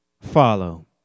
follow